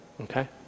okay